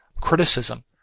criticism